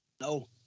No